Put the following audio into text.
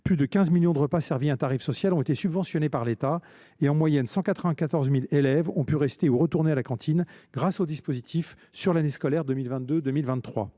plus de 15 millions de repas servis à tarif social ont été subventionnés par l’État et, en moyenne, quelque 194 000 élèves ont pu rester ou retourner à la cantine grâce au dispositif sur l’année scolaire 2022 2023.